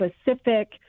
specific